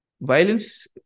violence